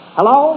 Hello